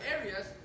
areas